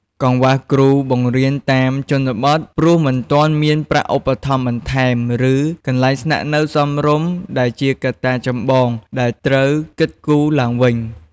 កង្វះគ្រូបង្រៀនតាមជនបទ ព្រោះមិនទាន់មានប្រាក់ឧបត្ថម្ភបន្ថែម ឬកន្លែងស្នាក់នៅសមរម្យ ដែលជាកត្តាចម្បងដែលត្រូវគិតគូរទ្បើងវិញ។